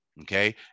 okay